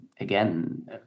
again